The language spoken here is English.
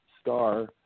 Star